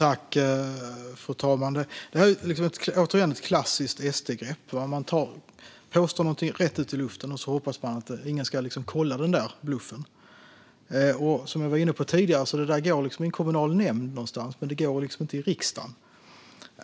Fru talman! Detta är återigen ett klassiskt SD-grepp. Man griper ett påstående ur luften och hoppas att ingen ska syna bluffen. Som jag var inne på tidigare går det där i en kommunal nämnd någonstans men inte i riksdagen.